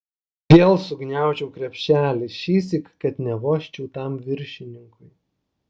vėl sugniaužiau krepšelį šįsyk kad nevožčiau tam viršininkui